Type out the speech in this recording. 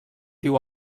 diu